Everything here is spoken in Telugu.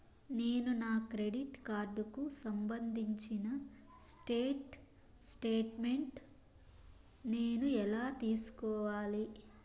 నేను నా క్రెడిట్ కార్డుకు సంబంధించిన స్టేట్ స్టేట్మెంట్ నేను ఎలా తీసుకోవాలి?